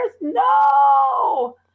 No